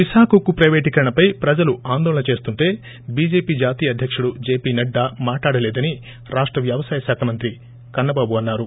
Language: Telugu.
విశాఖ ఉక్కు ప్లైవేటీకరణపై ప్రజలు ఆందోళన చేస్తుంటే బీజేపీ జాతీయ అధ్యక్షుడు జేపీ నడ్లా మాట్లాడలేదని రాష్ట వ్యవసాయ శాఖ మంత్రి కన్నబాబు అన్నారు